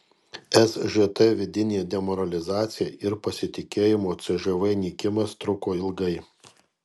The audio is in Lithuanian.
sžt vidinė demoralizacija ir pasitikėjimo cžv nykimas truko ilgai